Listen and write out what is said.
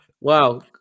wow